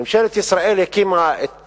ממשלת ישראל הקימה את